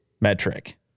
metric